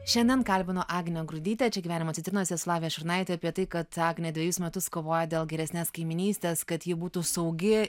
šiandien kalbinu agnę grudytę čia gyvenimo citrinos esu lavija šurnaitė apie tai kad agnė dvejus metus kovoja dėl geresnės kaimynystės kad ji būtų saugi